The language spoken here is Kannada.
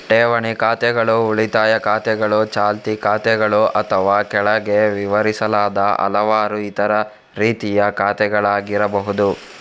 ಠೇವಣಿ ಖಾತೆಗಳು ಉಳಿತಾಯ ಖಾತೆಗಳು, ಚಾಲ್ತಿ ಖಾತೆಗಳು ಅಥವಾ ಕೆಳಗೆ ವಿವರಿಸಲಾದ ಹಲವಾರು ಇತರ ರೀತಿಯ ಖಾತೆಗಳಾಗಿರಬಹುದು